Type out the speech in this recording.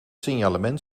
signalement